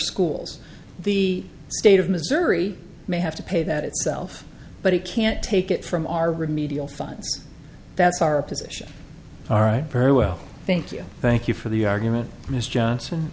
schools the state of missouri may have to pay that itself but he can't take it from our remedial fines that's our position all right per well thank you thank you for the argument mr johnson